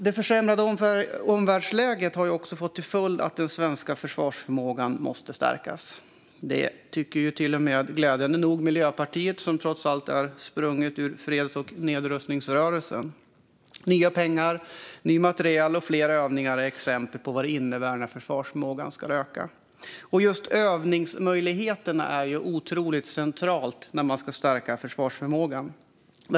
Det försämrade omvärldsläget har också fått till följd att den svenska försvarsförmågan måste stärkas. Det tycker till och med glädjande nog Miljöpartiet, som trots allt är sprunget ur freds och nedrustningsrörelsen. Nya pengar, ny materiel och fler övningar är exempel på vad det innebär när försvarsförmågan ska öka. Just övningsmöjligheterna är något otroligt centralt när man ska stärka försvarsförmågan.